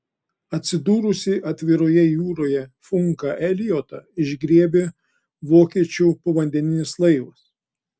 atsidūrusį atviroje jūroje funką eliotą išgriebė vokiečių povandeninis laivas